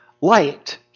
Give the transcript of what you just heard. light